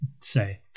Say